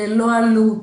ללא עלות,